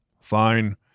Fine